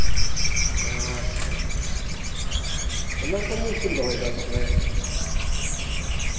ᱟᱪᱪᱷᱟ ᱟᱪᱪᱷᱟ ᱥᱟᱱᱟᱢ ᱠᱚ ᱢᱤᱫ ᱥᱚᱝᱜᱮᱢ ᱫᱚᱦᱚᱭ ᱫᱟ ᱛᱟᱦᱚᱞᱮ